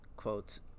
quote